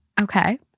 Okay